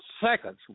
seconds